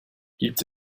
gibt